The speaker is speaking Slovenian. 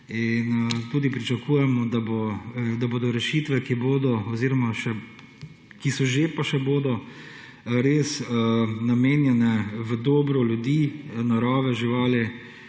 In tudi pričakujemo, da bodo rešitve, ki bodo oziroma, ki so že, pa še bodo, res namenjene v dobro ljudi, narave, živali,